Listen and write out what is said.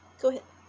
go ahead